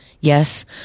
Yes